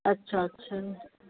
अच्छा अच्छा